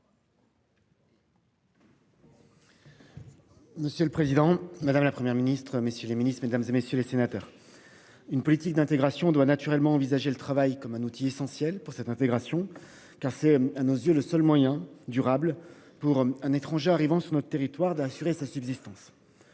Monsieur le président, madame, la Première ministre, messieurs les Ministres mesdames et messieurs les sénateurs. Une politique d'intégration doit naturellement envisager le travail comme un outil essentiel pour cette intégration car c'est à nos yeux le seul moyen durable pour un étranger arrivant sur notre territoire d'assurer sa subsistance.